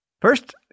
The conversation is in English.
First